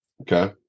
Okay